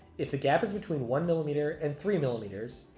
if the gap is between one millimeter and three millimeters,